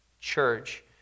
church